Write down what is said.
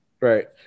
Right